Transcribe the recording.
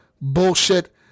Bullshit